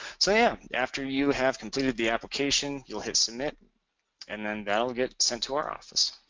so yeah! after you have completed the application you'll hit submit and then that will get sent to our office.